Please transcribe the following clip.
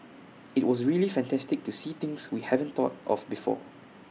IT was really fantastic to see things we haven't thought of before